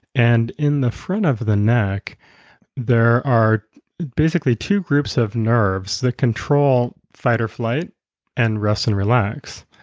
and in the front of the neck there are basically two groups of nerves that control fight or flight and rest and relax.